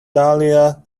dahlia